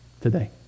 today